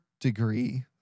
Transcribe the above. degree